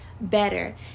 better